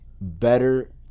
better